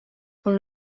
con